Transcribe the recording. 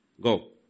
go